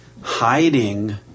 hiding